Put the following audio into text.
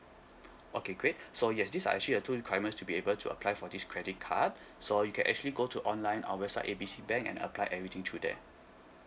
okay great so yes these are actually the two requirements to be able to apply for this credit card so you can actually go to online our website A B C bank and apply everything through there